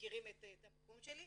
שמכירים את המקום שלי,